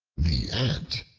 the ant,